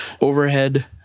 overhead